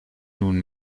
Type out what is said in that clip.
nun